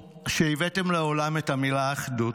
שהבאתם לעולם את המילה "אחדות"